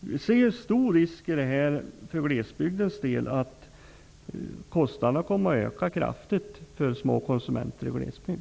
Vi ser en stor risk i det här för glesbygdens del. Kostnaderna kommer nämligen att öka kraftigt för små konsumenter i glesbygd.